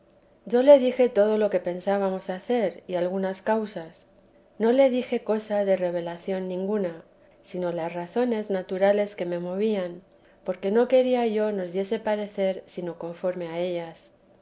yo le dije todo lo que pensábamos hacer y algunas causas no le dije cosa de revelación ninguna sino las razones naturales que me movían porque no quería yo nos diese parecer sino conforme a ellas